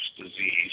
disease